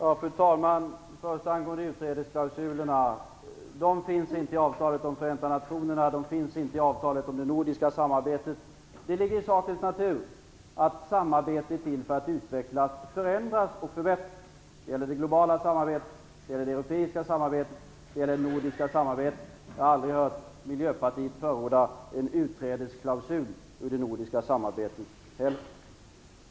Fru talman! Först angående utträdesklausuler: Sådana finns inte i avtalet om Förenta nationerna och inte heller i det nordiska samarbetet. Det ligger i sakens natur att samarbete är till för att utvecklas, förändras och förbättras. Det gäller såväl i det globala och det europeiska som i det nordiska samarbetet. Jag har aldrig heller hört miljöpartiet förorda en klausul för utträde ur det nordiska samarbetet.